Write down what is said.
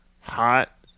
hot